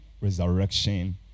resurrection